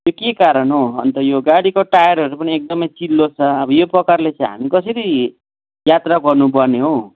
यो के कारण हो अन्त यो गाडीको टायरहरू पनि एकदमै चिल्लो छ यो प्रकारले हामी कसरी यात्रा गर्नुपर्ने हो